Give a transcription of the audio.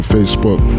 Facebook